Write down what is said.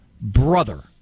brother